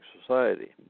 society